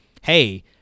Hey